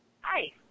Hi